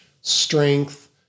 strength